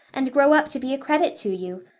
and grow up to be a credit to you.